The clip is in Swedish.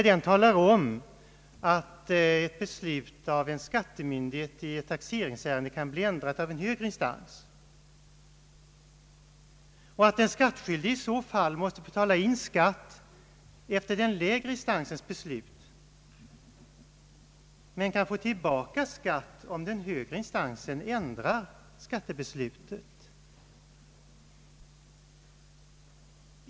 Den talar om att ett beslut av en skattemyndighet i ett taxeringsärende':kan bli ändrat av en högre instans och att den skattskyldige i så fall måste: betala:in skatt efter den lägre instansens' beslut men kan få tillbaka skatt, om:den högre instansen ändrar skattebeslutet.